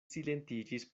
silentiĝis